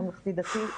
ממלכתי-דתי,